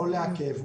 לא לעכב,